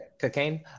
Cocaine